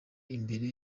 imbere